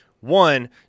One